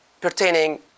pertaining